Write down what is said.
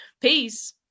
Peace